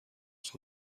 صبح